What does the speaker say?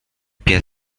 pies